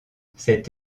cet